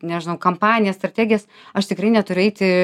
nežinau kampanijas strategijas aš tikrai neturiu eiti